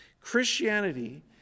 Christianity